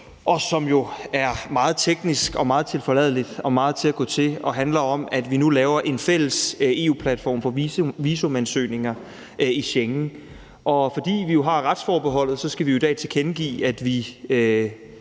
og som jo er meget teknisk og meget tilforladelig og handler om, at vi nu laver en fælles EU-platform for visumansøgninger i Schengen. Fordi vi jo har retsforbeholdet, skal vi i dag tilkendegive, at vi